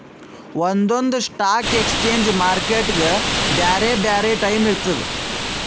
ಒಂದೊಂದ್ stock exchange ಮಾರ್ಕೆಟ್ಗ್ ಬ್ಯಾರೆ ಬ್ಯಾರೆ ಟೈಮ್ ಇರ್ತದ್